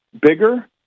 bigger